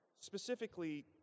specifically